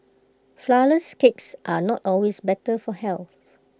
Flourless Cakes are not always better for health